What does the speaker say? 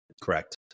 Correct